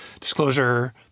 Disclosure